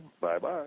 Bye-bye